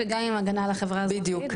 וגם עם הגנה על החברה האזרחית,